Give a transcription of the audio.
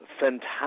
Fantastic